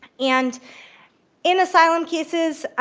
and in asylum cases,